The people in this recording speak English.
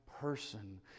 person